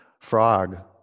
Frog